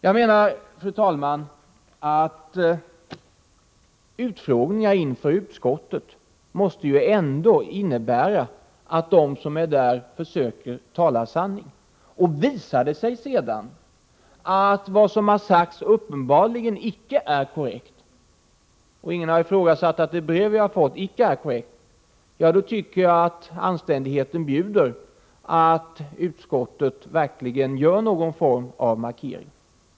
Jag menar att utfrågningar inför utskott ändå måste innebära att de som är där försöker tala sanning, och visar det sig sedan att vad som har sagts uppenbarligen icke är korrekt — och ingen har ifrågasatt att det brev som vi har fått icke är korrekt — ja, då tycker jag att anständigheten bjuder att utskottet verkligen gör någon form av markering.